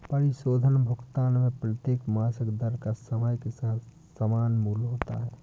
परिशोधन भुगतान में प्रत्येक मासिक दर का समय के साथ समान मूल्य होता है